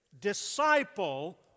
disciple